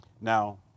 Now